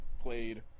played